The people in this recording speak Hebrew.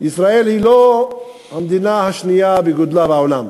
ישראל היא לא המדינה השנייה בגודלה בעולם